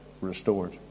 restored